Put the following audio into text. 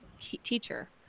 teacher